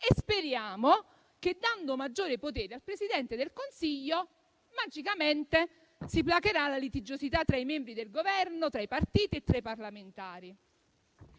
e speriamo che, dando maggiori poteri al Presidente del Consiglio, magicamente si placherà la litigiosità tra i membri del Governo, tra i partiti e tra i parlamentari.